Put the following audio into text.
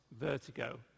Vertigo